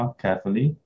carefully